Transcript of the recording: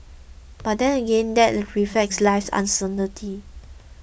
but that again that reflects life's uncertainty